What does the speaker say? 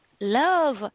love